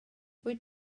wyt